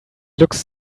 looks